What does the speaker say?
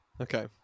Okay